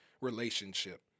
relationship